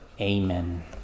Amen